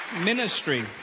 ministry